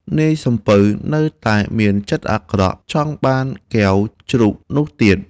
នាយសំពៅនៅតែមានចិត្តអាក្រក់ ចង់បានកែវជ្រូកនោះទៀត។